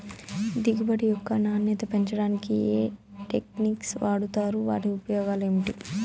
దిగుబడి యొక్క నాణ్యత పెంచడానికి ఏ టెక్నిక్స్ వాడుతారు వాటి ఉపయోగాలు ఏమిటి?